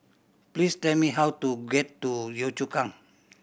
please tell me how to get to Yio Chu Kang